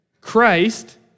Christ